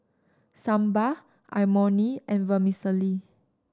Sambar Imoni and Vermicelli